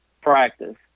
practice